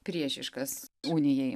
priešiškas unijai